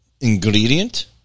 ingredient